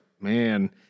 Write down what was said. man